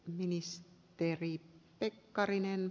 viis perii pekkarinen